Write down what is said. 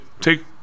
Take